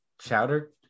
chowder